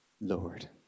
Lord